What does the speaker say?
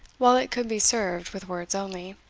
while it could be served with words only.